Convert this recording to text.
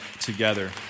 together